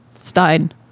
Stein